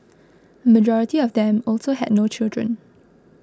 majority of them also had no children